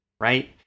right